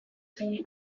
zaie